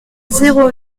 zéro